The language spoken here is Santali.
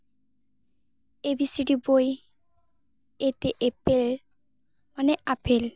ᱮ ᱵᱤ ᱥᱤ ᱰᱤ ᱵᱳᱭ ᱮ ᱛᱮ ᱮᱯᱮᱞ ᱢᱟᱱᱮ ᱟᱯᱮᱞ